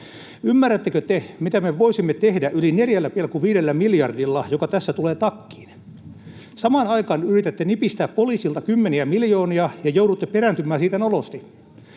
Ymmärrättekö te, mitä me voisimme tehdä yli 4,5 miljardilla, mikä tässä tulee takkiin? Samaan aikaan yritätte nipistää poliisilta kymmeniä miljoonia ja joudutte perääntymään siitä nolosti.